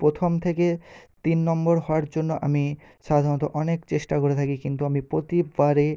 প্রথম থেকে তিন নম্বর হওয়ার জন্য আমি সাধারণত অনেক চেষ্টা করে থাকে কিন্তু আমি প্রতিবারে